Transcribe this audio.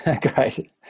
Great